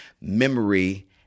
memory